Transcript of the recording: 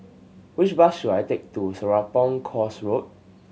which bus should I take to Serapong Course Road